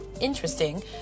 interesting